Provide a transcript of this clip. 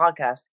podcast